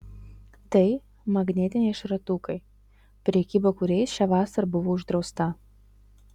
tai magnetiniai šratukai prekyba kuriais šią vasarą buvo uždrausta